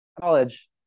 college